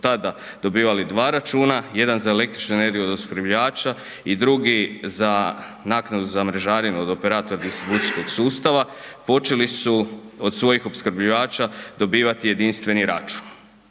tada dobivali dva računa, jedan za električnu energiju od opskrbljivača i drugi za naknadu za mrežarinu od Operator distribucijskog sustava, počeli su od svojih opskrbljivača dobivati jedinstveni račun.